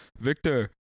Victor